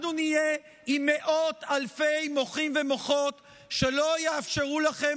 אנחנו נהיה עם מאות אלפי מוחים ומוחות שלא יאפשרו לכם